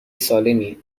سالمی